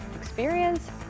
experience